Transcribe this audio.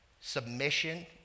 Submission